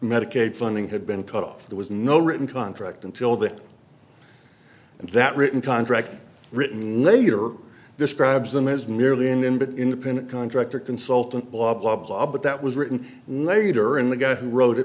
medicaid funding had been cut off there was no written contract until that and that written contract written later describes them as merely an input independent contractor consultant blah blah blah but that was written nader and the guy who wrote it